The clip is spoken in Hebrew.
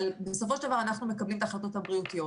אבל בסופו של דבר אנחנו מקבלים את ההחלטות הבריאותיות.